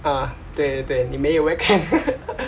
啊对对你没有 webcam